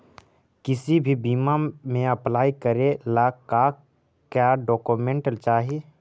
किसी भी बीमा में अप्लाई करे ला का क्या डॉक्यूमेंट चाही?